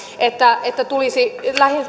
tulisi